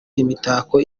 imitako